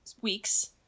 weeks